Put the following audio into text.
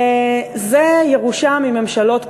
זאת ירושה מממשלות קודמות.